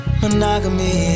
monogamy